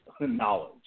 knowledge